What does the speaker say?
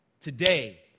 today